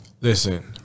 Listen